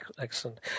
Excellent